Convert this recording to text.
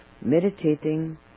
meditating